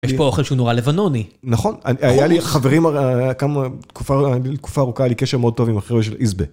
יש פה אוכל שהוא נורא לבנוני. נכון, היה לי חברים, כמה, היה לי תקופה ארוכה, היה לי קשר מאוד טוב עם החבר'ה של איזבא.